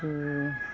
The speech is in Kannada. ಹೂವು